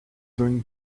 doing